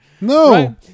No